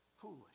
foolish